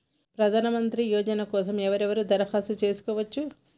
ప్రధానమంత్రి యోజన కోసం ఎవరెవరు దరఖాస్తు చేసుకోవచ్చు?